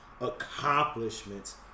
accomplishments